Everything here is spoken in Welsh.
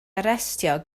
arestio